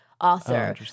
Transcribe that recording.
author